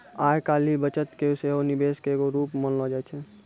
आइ काल्हि बचत के सेहो निवेशे के एगो रुप मानलो जाय छै